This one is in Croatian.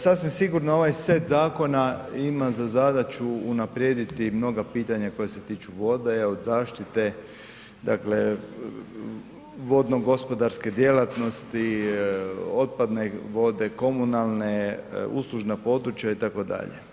Sasvim sigurno ovaj set zakona ima za zadaću unaprijediti mnoga pitanja koja se tiču vode, od zaštite, dakle, vodno gospodarske djelatnosti, otpadne vode, komunalne, uslužna područja, itd.